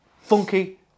funky